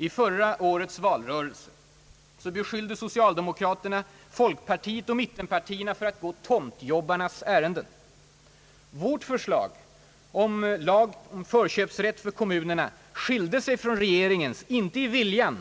I förra årets valrörelse beskyllde socialdemokraterna folkpartiet och mittenpartiet för att gå »tomtjobbarnas» ärenden. Vårt förslag till lag om förköpsrätt för kommunerna skilde sig från regeringens inte i viljan